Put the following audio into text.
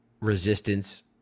resistance